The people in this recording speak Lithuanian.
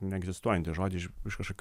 neegzistuojantį žodį iš iš kažkokių